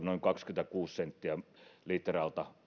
noin kaksikymmentäkuusi senttiä litralta